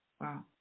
Wow